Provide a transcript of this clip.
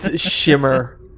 shimmer